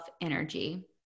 energy